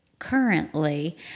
currently